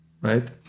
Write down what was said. right